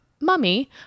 mummy